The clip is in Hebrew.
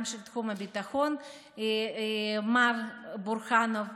גם של תחום הביטחון מר בורחנוב,